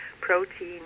protein